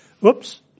Whoops